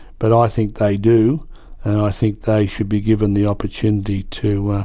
but i think they do and i think they should be given the opportunity to,